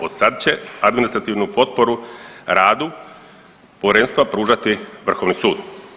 Odsad će administrativnu potporu radu povjerenstva pružati Vrhovni sud.